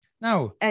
Now